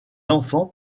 enfants